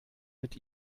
mit